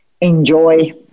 enjoy